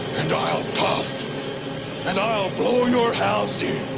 and i'll puff and i'll blow your house in!